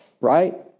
right